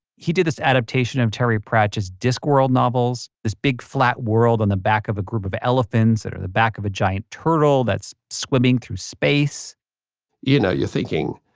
he did this adaptation of terry pratchett's discworld novels, this big flat world on the back of a group of elephants that are on the back of a giant turtle that's swimming through space you know, you're thinking,